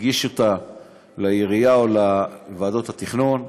הוא הגיש אותם לעירייה או לוועדות התכנון,